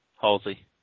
Halsey